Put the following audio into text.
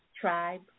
Tribe